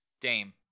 Dame